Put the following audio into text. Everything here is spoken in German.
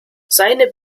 seine